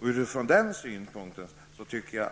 kunde hållas på en lägre nivå.